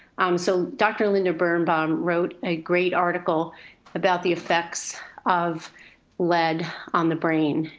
so dr. linda birnbaum wrote a great article about the effects of lead on the brain.